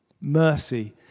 mercy